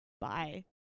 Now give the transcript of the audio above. Bye